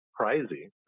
crazy